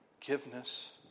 forgiveness